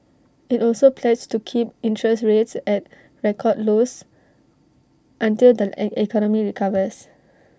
IT also pledged to keep interest rates at record lows until the economy recovers